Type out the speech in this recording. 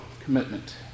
commitment